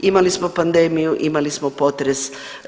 Imali smo pandemiju, imali smo potres.